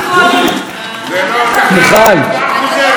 מיכל, צריך הצבעה חוזרת.